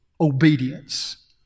Obedience